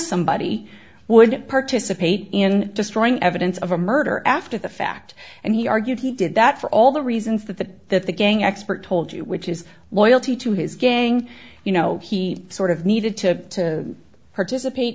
somebody would participate in destroying evidence of a murder after the fact and he argued he did that for all the reasons that the that the gang expert told you which is loyalty his gang you know he sort of needed to participate